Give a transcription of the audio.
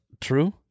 true